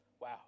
Wow